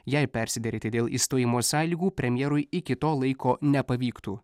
jei persiderėti dėl išstojimo sąlygų premjerui iki to laiko nepavyktų